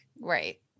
Right